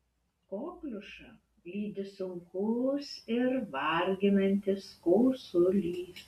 kokliušą lydi sunkus ir varginantis kosulys